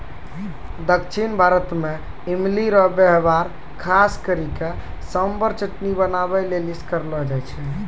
दक्षिण भारत मे इमली रो वेहवार खास करी के सांभर चटनी बनाबै लेली करलो जाय छै